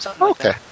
Okay